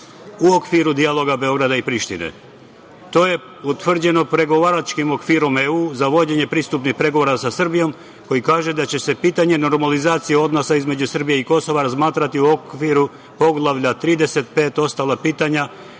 u okviru dijaloga Beograda i Prištine. To je utvrđeno pregovaračkih okvirom EU za vođenje pristupnih pregovora sa Srbijom koji kaže da će se pitanje normalizacije odnosa između Srbije i Kosova razmatrati u okviru Poglavlja 35 – ostala pitanja,